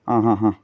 അ ഹ ഹ